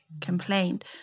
complained